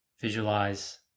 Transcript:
visualize